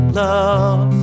love